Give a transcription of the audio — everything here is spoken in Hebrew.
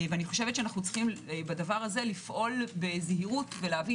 ואני חושבת שבדבר הזה אנחנו צריכים לפעול בזהירות ולהבין